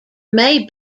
may